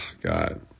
God